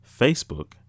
Facebook